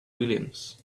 williams